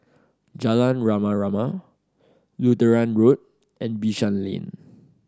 Jalan Rama Rama Lutheran Road and Bishan Lane